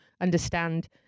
understand